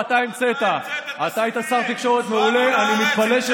אני שומע אותך, אתה המצאת את הסיבים, לא.